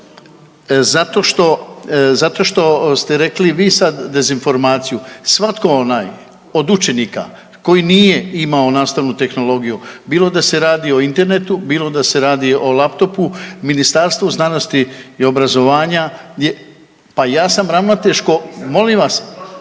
zato što ste rekli vi sad dezinformaciju. Svatko onaj od učenika koji nije imao nastavnu tehnologiju, bilo da se radi o internetu, bilo da se radi o laptopu, Ministarstvo znanosti i obrazovanja, je …/Upadica: Ne razumije se./…